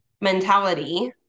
mentality